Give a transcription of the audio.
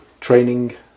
training